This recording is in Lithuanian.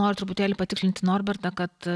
noriu truputėlį patikslinti norbertą kad